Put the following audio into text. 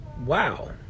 Wow